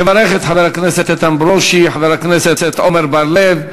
יברך את חבר הכנסת איתן ברושי חבר הכנסת עמר בר-לב,